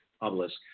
Obelisk